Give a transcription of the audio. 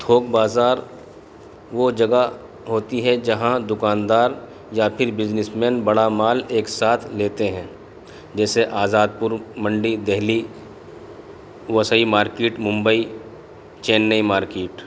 ٹھوک بازار وہ جگہ ہوتی ہے جہاں دکاندار یا پھر بزنس مین بڑا مال ایک ساتھ لیتے ہیں جیسے آزاد پور منڈی دہلی وسئی مارکیٹ ممبئی چنئی مارکیٹ